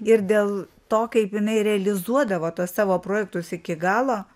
ir dėl to kaip jinai realizuodavo tuos savo projektus iki galo